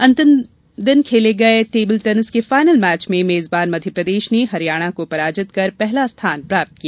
अंतिम दिन खेले गये टेबिल टेनिस के फायनल मैच में मेजबान मध्यप्रदेश ने हरियाणा को पराजित कर पहला स्थान प्राप्त किया